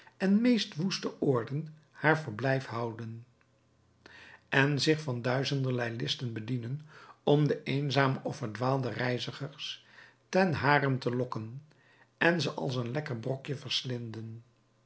en meest woeste oorden haar verblijf houden en zich van duizenderlei listen bedienen om de eenzame of verdwaalde reizigers ten harent te lokken en ze als een lekker brokje verslinden